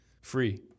free